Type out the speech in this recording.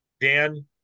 Dan